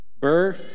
Burr